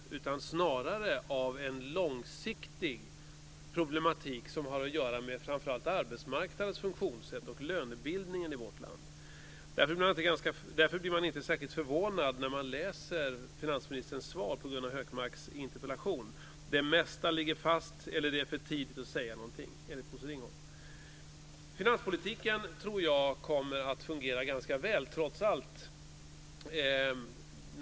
Det är snarare ett resultat av en långsiktig problematik som har att göra med framför allt arbetsmarknadens funktionssätt och lönebildningen i vårt land. Därför blir man inte särskilt förvånad när man läser finansministerns svar på Gunnar Hökmarks interpellation. Det mesta ligger fast, eller det är för tidigt att säga någonting, enligt Jag tror att finanspolitiken kommer att fungera ganska väl trots allt.